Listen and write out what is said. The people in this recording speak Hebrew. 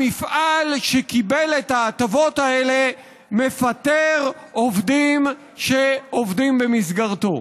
המפעל שקיבל את ההטבות האלה מפטר עובדים שעובדים במסגרתו.